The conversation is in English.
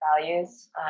values